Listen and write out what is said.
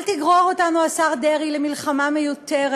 אל תגרור אותנו, השר דרעי, למלחמה מיותרת.